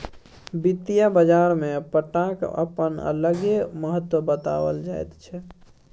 वित्तीय बाजारमे पट्टाक अपन अलगे महत्व बताओल जाइत छै